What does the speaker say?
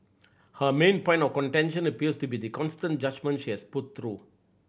her main point of contention appears to be the constant judgement she has put through